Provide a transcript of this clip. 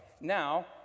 now